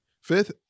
Fifth